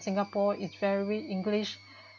singapore is very English